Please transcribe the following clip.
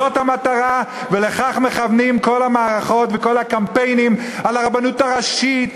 זאת המטרה ולכך מכוונים כל המערכות וכל הקמפיינים על הרבנות הראשית,